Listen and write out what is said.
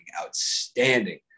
outstanding